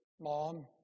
mom